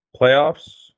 playoffs